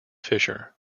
fisher